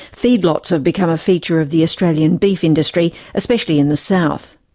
feedlots have become a feature of the australian beef industry, especially in the south.